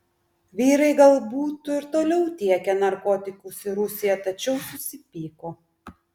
vyrai gal būtų ir toliau tiekę narkotikus į rusiją tačiau susipyko